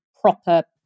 proper